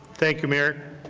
thank you, mayor,